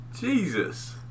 Jesus